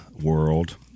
world